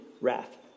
wrath